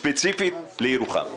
ספציפית לירוחם.